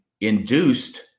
induced